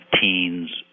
teens